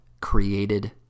created